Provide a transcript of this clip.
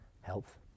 health